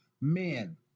men